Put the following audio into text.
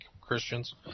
Christians